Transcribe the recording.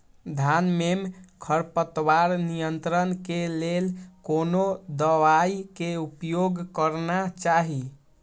धान में खरपतवार नियंत्रण के लेल कोनो दवाई के उपयोग करना चाही?